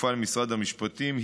הכפופה למשרד המשפטים,